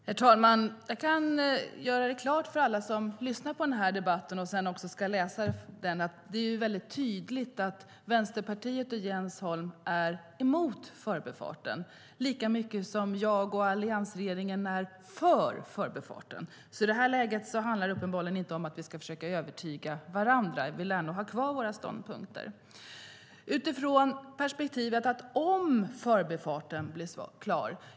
Herr talman! Jag kan göra en sak klar för alla som lyssnar på den här debatten eller som sedan läser i protokollet. Det är väldigt tydligt att Vänsterpartiet och Jens Holm är emot förbifarten lika mycket som jag och alliansregeringen är för förbifarten. I det här läget handlar det uppenbarligen inte om att vi ska försöka övertyga varandra. Vi lär ha kvar våra ståndpunkter. Jag tänker på perspektivet om förbifarten blir klar.